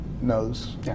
knows